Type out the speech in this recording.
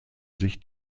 sich